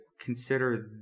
consider